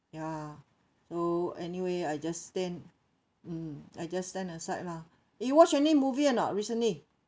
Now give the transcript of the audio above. ya so anyway I just stand mm I just stand aside lah eh you watch any movie or not recently